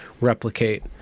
replicate